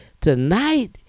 Tonight